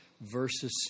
versus